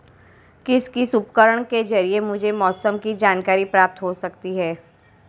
किस किस उपकरण के ज़रिए मुझे मौसम की जानकारी प्राप्त हो सकती है?